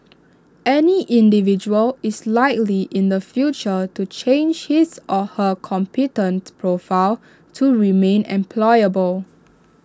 any individual is likely in the future to change his or her competent profile to remain employable